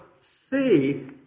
see